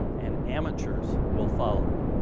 and amateurs will follow.